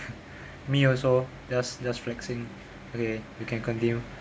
me also just just flexing okay you can continue